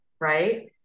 right